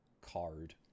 card